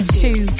two